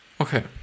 Okay